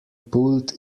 pulled